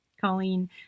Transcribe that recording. Colleen